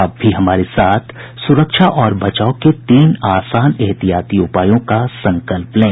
आप भी हमारे साथ सुरक्षा और बचाव के तीन आसान एहतियाती उपायों का संकल्प लें